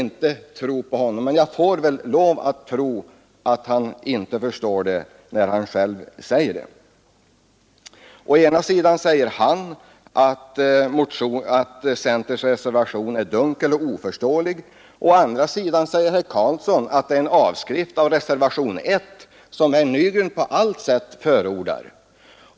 Jag får väl mot min vilja lov att tro att han inte förstår bättre när han säger det själv. Å ena sidan säger herr Nygren att centerns reservation är dunkel och oförståelig, å andra sidan säger herr Karlsson i Huskvarna att den är en avskrift av reservationen 1, som herr Nygren på allt sätt förordar.